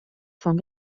von